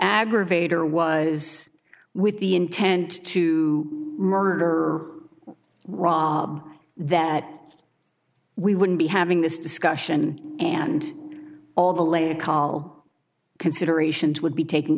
aggravator was with the intent to murder or that we wouldn't be having this discussion and all the later call considerations would be taken